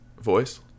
voice